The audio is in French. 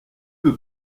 peu